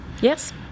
Yes